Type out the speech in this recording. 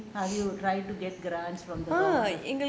have you tried to get grants from the government